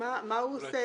מה הוא עושה,